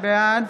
בעד